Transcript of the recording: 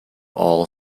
all